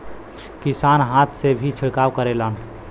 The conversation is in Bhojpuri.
किसान हाथ से भी छिड़काव करेलन